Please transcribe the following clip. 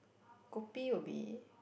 kopi will be